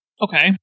Okay